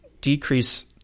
decrease